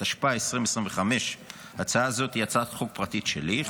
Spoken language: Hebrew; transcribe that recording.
התשפ"ה 2025. הצעה זו היא הצעת חוק פרטית שלי,